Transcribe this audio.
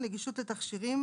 נגישות לתכשירים,